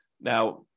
Now